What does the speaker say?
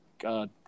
God